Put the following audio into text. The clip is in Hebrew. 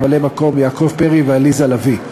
ממלאי-מקום, יעקב פרי ועליזה לביא.